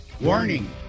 warning